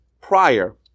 prior